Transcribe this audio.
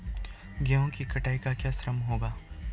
गेहूँ की कटाई का क्या श्रम होगा?